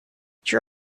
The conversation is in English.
your